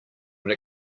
when